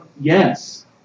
yes